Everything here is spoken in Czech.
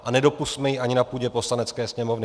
A nedopusťme ji ani na půdě Poslanecké sněmovny!